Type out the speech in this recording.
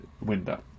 window